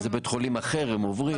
לאיזה בית חולים אחר הם עוברים.